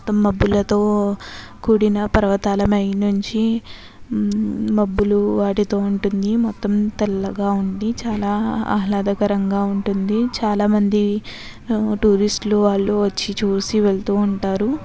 మొత్తం మబ్బులతో కూడిన పర్వతాలమై నుంచి మబ్బులు వాటితో ఉంటుంది మొత్తం తెల్లగా ఉండి చాలా ఆహ్లాదకరంగా ఉంటుంది చాలామంది టూరిస్టులు వాళ్ళు వచ్చి చూసి వెళ్తూ ఉంటారు